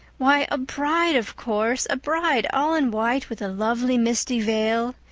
why, a bride, of course a bride all in white with a lovely misty veil.